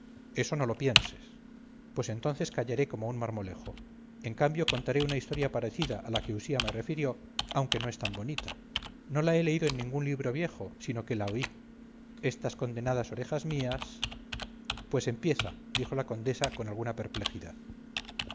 eso no lo pienses pues entonces callaré como un marmolejo en cambio contaré una historia parecida a la que usía me refirió aunque no es tan bonita no la he leído en ningún libro viejo sino que la oí estas condenadas orejas mías pues empieza dijo la condesa con alguna perplejidad